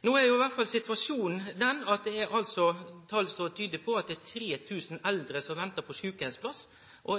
No er situasjonen slik at det er tal som tyder på at 3 000 eldre ventar på sjukeheimsplass.